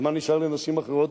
אז מה נשאר לנשים אחרות?